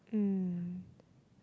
mm